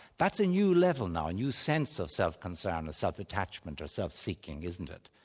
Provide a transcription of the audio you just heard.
that's a new level now, a new sense of self-concern, or self-attachment, or self-seeking isn't it?